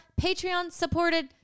Patreon-supported